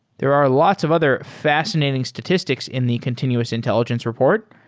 there are lots of other fascinating statistics in the continuous intelligence report,